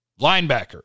Linebacker